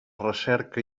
recerca